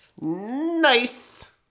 Nice